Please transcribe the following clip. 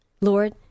Lord